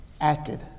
acted